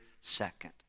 second